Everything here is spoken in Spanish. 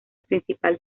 principal